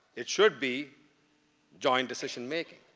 it should be joint decision-making.